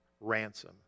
ransom